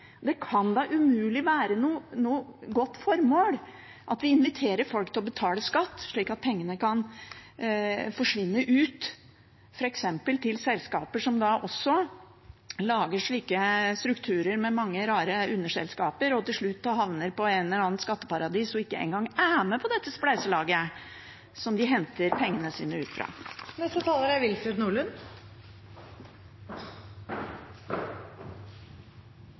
Det kan da umulig være noe godt formål at vi inviterer folk til å betale skatt slik at pengene kan forsvinne ut, f.eks. til selskaper som lager strukturer med mange rare underselskaper, som til slutt havner i et eller annet skatteparadis, og ikke engang er med på dette spleiselaget som de henter pengene sine ut fra. Kommuneloven er